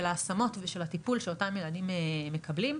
ההשמות ושל הטיפול שאותם ילדים מקבלים.